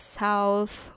south